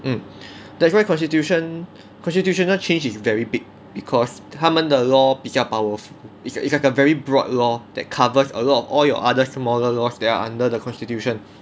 mm that's why constitution constitutional change is very big because 他们的 law 比较 powerful it's it's like a very broad law that covers a lot of all your other smaller laws that are under the constitution